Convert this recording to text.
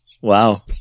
wow